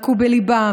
לקו בליבם,